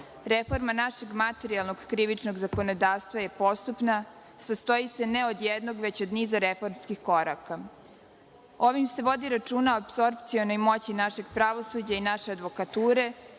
Reforma našeg materijalnog krivičnog zakonodavstva je postupna, sastoji se ne od jednog, već od niza reformskih koraka. Ovim se vodi računa o apsorbcionoj moći našeg pravosuđa i naše advokature